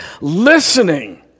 listening